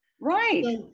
Right